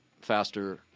faster